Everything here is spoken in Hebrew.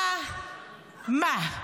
מה?